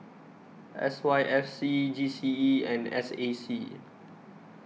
S Y F C G C E and S A C